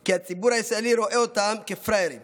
כי הציבור הישראלי רואה אותם כפראיירים